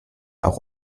auch